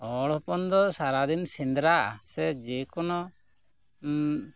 ᱦᱚᱲ ᱦᱚᱯᱚᱱ ᱫᱚ ᱥᱟᱨᱟ ᱫᱤᱱ ᱥᱮᱫᱽᱨᱟ ᱥᱮ ᱡᱮᱠᱳᱱᱳ